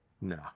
No